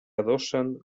adossen